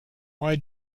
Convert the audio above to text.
why